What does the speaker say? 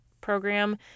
program